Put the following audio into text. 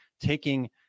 taking